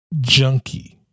junkie